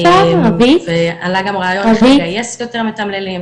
עלה גם רעיון לגייס יותר מתמללים,